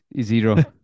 Zero